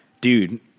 dude